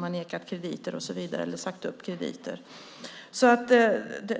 har nekat eller sagt upp krediter.